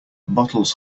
bottles